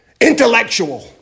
intellectual